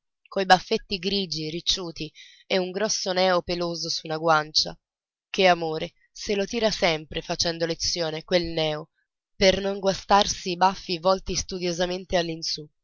coi baffetti grigi ricciuti e un grosso neo peloso su una guancia che amore se lo tira sempre facendo lezione quel neo per non guastarsi i baffi volti studiosamente